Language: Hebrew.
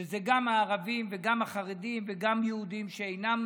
שזה גם הערבים וגם החרדים וגם יהודים שאינם